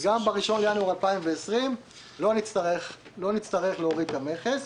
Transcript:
גם ב-1 בינואר 2020 לא נצטרך להוריד את המכס.